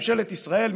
ממשלת ישראל,